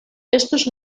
estos